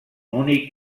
únic